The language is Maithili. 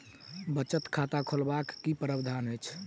बचत खाता खोलेबाक की प्रावधान अछि?